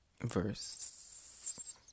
verse